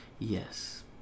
Yes